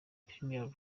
premier